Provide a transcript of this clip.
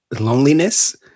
loneliness